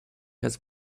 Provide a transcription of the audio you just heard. has